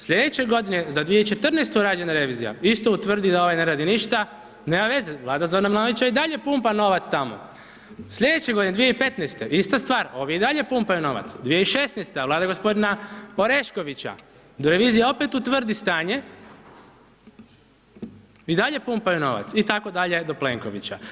Slijedeće godine za 2014. rađena revizija isto utvrdi da ovaj ne radi ništa, nema veze, vlada Zorana Milanovića i dalje pumpa novac tamo, slijedeće godine 2015. ista stvar, ovi dalje pumpaju novac, 2016. vlada gospodina Oreškovića, onda revizija opet utvrdi stanje i dalje pumpaju novac i tako dalje do Plenkovića.